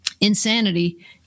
Insanity